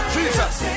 Jesus